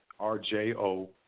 RJO